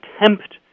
attempt